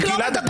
גלעד,